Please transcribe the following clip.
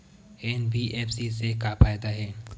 NBFC से का फ़ायदा हे?